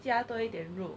加多一点肉